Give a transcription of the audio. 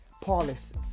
policies